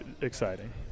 exciting